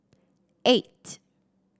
eight